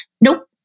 nope